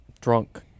drunk